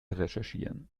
recherchieren